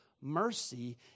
Mercy